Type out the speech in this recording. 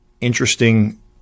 interesting